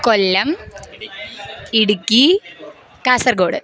Kollam Idukki Kasaragod